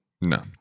No